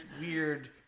weird